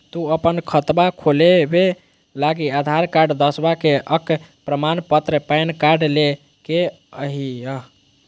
तू अपन खतवा खोलवे लागी आधार कार्ड, दसवां के अक प्रमाण पत्र, पैन कार्ड ले के अइह